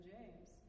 James